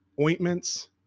ointments